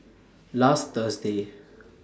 last Thursday